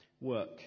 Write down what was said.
Work